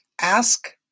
Ask